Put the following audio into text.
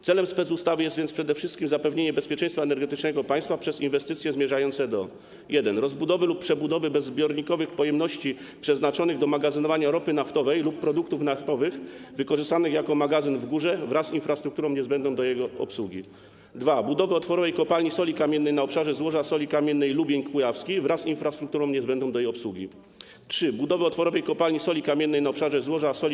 Celem specustawy jest więc przede wszystkim zapewnienie bezpieczeństwa energetycznego państwa przez inwestycje zmierzające do: 1) rozbudowy lub przebudowy bezzbiornikowych pojemności przeznaczonych do magazynowania ropy naftowej lub produktów naftowych wykorzystanych jako magazyn w Górze wraz z infrastrukturą niezbędną do jego obsługi, 2) budowy otworowej kopalni soli kamiennej na obszarze złoża soli kamiennej Lubień Kujawski wraz z infrastrukturą niezbędną do jej obsługi, 3) budowy otworowej kopalni soli kamiennej na obszarze złoża soli